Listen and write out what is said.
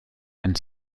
and